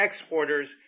exporters